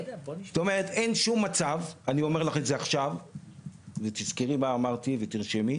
זאת אומרת אין שום מצב אני אומר לך את זה עכשיו ותזכרי מה אמרתי ותרשמי,